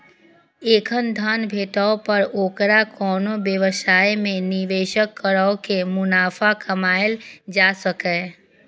एखन धन भेटै पर ओकरा कोनो व्यवसाय मे निवेश कैर के मुनाफा कमाएल जा सकैए